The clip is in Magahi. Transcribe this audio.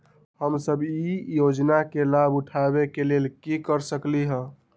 हम सब ई योजना के लाभ उठावे के लेल की कर सकलि ह?